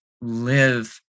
live